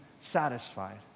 satisfied